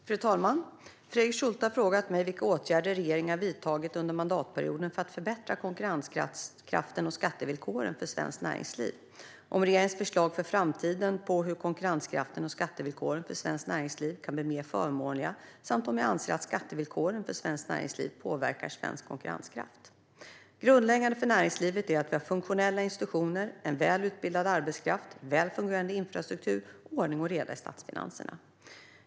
Fru talman! Fredrik Schulte har frågat mig vilka åtgärder regeringen har vidtagit under mandatperioden för att förbättra konkurrenskraften och skattevillkoren för svenskt näringsliv, om regeringens förslag för framtiden på hur konkurrenskraften och skattevillkoren för svenskt näringsliv kan bli mer förmånliga samt om jag anser att skattevillkoren för svenskt näringsliv påverkar svensk konkurrenskraft. Grundläggande för näringslivet är att vi har funktionella institutioner, en välutbildad arbetskraft, en väl fungerande infrastruktur och ordning och reda i statsfinanserna.